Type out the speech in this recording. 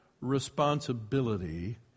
responsibility